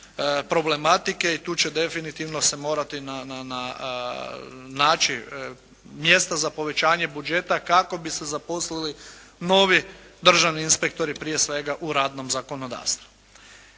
problematike. I tu će definitivno se morati naći mjesta za povećanje buđeta kako bi se zaposlili novi državni inspektori prije svega u radnom zakonodavstvu.